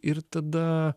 ir tada